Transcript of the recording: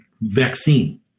vaccine